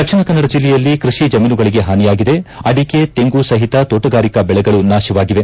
ದಕ್ಷಿಣ ಕನ್ನಡ ಜಿಲ್ಲೆಯಲ್ಲಿ ಕೃಷಿ ಜಮೀನುಗಳಿಗೆ ಹಾನಿಯಾಗಿದೆ ಅಡಿಕೆ ತೆಂಗುಸಒತ ತೋಟಗಾರಿಕಾ ಬೆಳೆಗಳು ನಾಶವಾಗಿವೆ